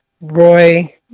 Roy